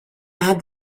add